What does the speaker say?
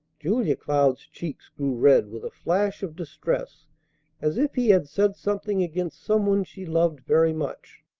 julia cloud's cheeks grew red with a flash of distress as if he had said something against some one she loved very much.